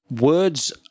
Words